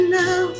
now